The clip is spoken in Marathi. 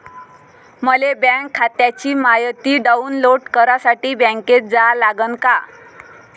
मले बँक खात्याची मायती डाऊनलोड करासाठी बँकेत जा लागन का?